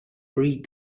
breed